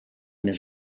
més